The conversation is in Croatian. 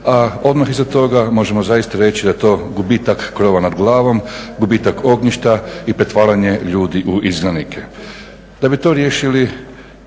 a odmah iza toga možemo zaista reći da je to gubitak krova nad glavom, gubitak ognjišta i pretvaranje ljudi u izgnanike. Da bi to riješili